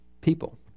people